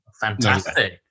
Fantastic